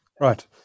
Right